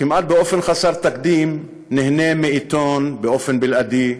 כמעט באופן חסר תקדים, נהנה מעיתון באופן בלעדי,